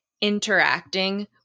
interacting